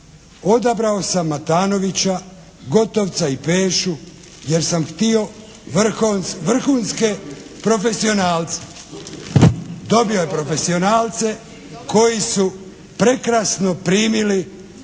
odabrao sam Matanovića, Gotovca i Pešu jer sam htio vrhunske profesionalce. Dobio je profesionalce koji su prekrasno primili